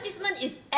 advertisement is